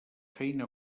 feina